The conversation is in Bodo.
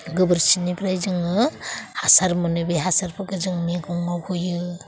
गोबोरखिनिफ्राय जोङो हासार मोनो बे हासारफोरखो जों मैगङाव होयो